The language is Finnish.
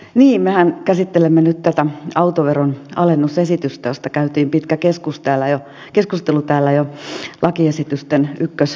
niin mehän käsittelemme nyt tätä autoveron alennusesitystä josta käytiin pitkä keskustelu täällä jo lakiesitysten ykköskäsittelyssä